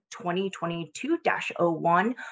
2022-01